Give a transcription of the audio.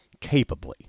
capably